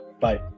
Bye